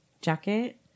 jacket